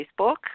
Facebook